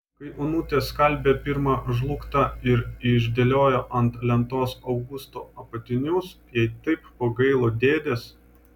kai onutė skalbė pirmą žlugtą ir išdėliojo ant lentos augusto apatinius jai taip pagailo dėdės